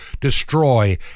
destroy